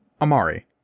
Amari